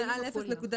אם מעל 0.5%,